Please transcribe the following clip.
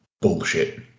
Bullshit